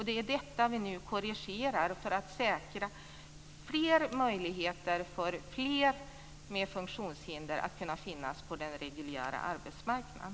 Det är detta vi nu korrigerar för att säkra möjligheter för fler med funktionshinder att kunna finnas på den reguljära arbetsmarknaden.